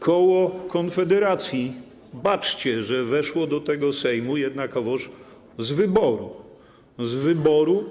Koło Konfederacji, baczcie państwo, weszło do tego Sejmu jednakowoż z wyboru, z wyboru.